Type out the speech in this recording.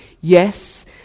Yes